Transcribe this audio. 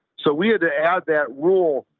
so we had to add that rule.